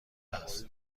است